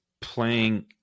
playing